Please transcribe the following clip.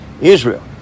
Israel